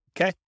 Okay